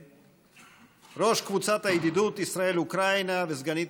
ראש קבוצת הידידות ישראל-אוקראינה וסגנית